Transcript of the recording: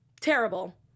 terrible